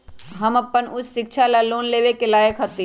हम अपन उच्च शिक्षा ला लोन लेवे के लायक हती?